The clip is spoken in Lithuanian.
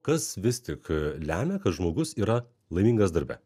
kas vis tik lemia kad žmogus yra laimingas darbe